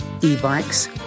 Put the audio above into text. e-bikes